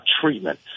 treatment